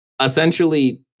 Essentially